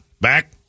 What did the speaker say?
back